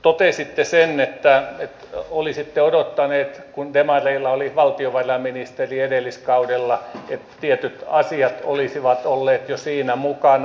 totesitte sen että olisitte odottanut kun demareilla oli valtiovarainministeri edelliskaudella että tietyt asiat olisivat olleet jo siinä mukana